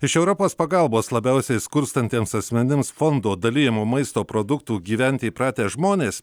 iš europos pagalbos labiausiai skurstantiems asmenims fondo dalijamo maisto produktų gyventi įpratę žmonės